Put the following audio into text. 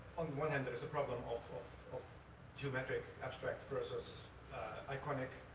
on one hand, there is the problem of geometric abstract versus iconic,